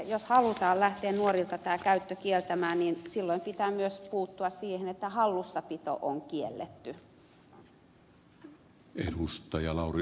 jos halutaan lähteä nuorilta tämä käyttö kieltämään niin silloin pitää myös kieltää hallussapito